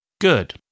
Good